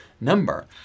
number